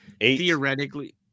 theoretically